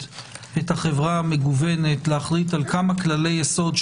את החברה המגוונת להחליט על כמה כללי יסוד,